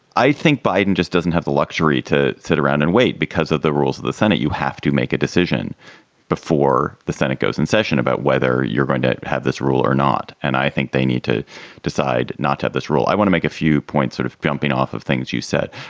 i think biden just doesn't have the luxury to sit around and wait because of the rules of the senate. you have to make a decision before the senate goes in session about whether you're going to have this rule or not. and i think they need to decide not to have this rule. i want to make a few points sort of jumping off of things you said.